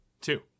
two